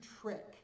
trick